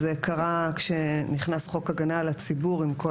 זה קרה כשנכנס חוק הגנה על הציבור עם כל